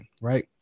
Right